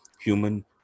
human